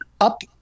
up